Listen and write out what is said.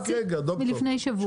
--- בנק ישראל חדש מלפני שבוע.